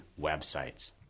websites